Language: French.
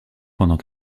pendant